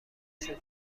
شده